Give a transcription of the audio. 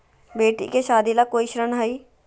बेटी के सादी ला कोई ऋण हई?